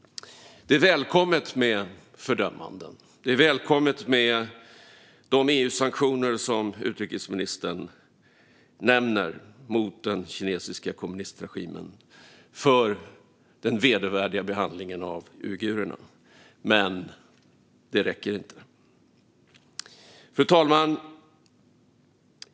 Det är välkommet med fördömanden och med de EU-sanktioner som utrikesministern nämner mot den kinesiska kommunistregimen för den vedervärdiga behandlingen av uigurerna. Men det räcker inte. Fru talman!